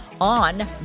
on